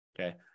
Okay